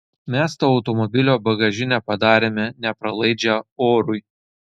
mes to automobilio bagažinę padarėme nepralaidžią orui